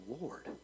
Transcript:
Lord